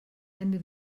ende